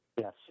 Yes